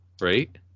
right